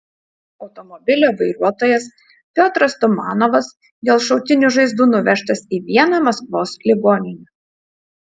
automobilio vairuotojas piotras tumanovas dėl šautinių žaizdų nuvežtas į vieną maskvos ligoninių